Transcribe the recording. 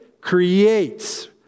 Creates